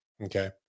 Okay